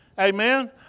Amen